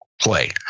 play